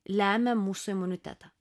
lemia mūsų imunitetą